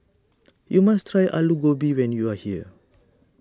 you must try Alu Gobi when you are here